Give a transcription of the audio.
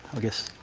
i guess,